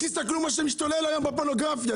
תראו מה שמשתולל היום בפורנוגרפיה,